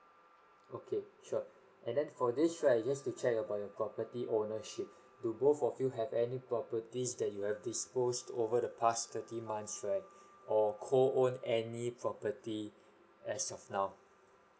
okay sure and then for this right just to check about your property ownership do both of you have any properties that you have disposed over the past thirty months right or co own any property as of now